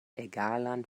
egalan